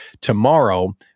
Tomorrow